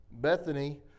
Bethany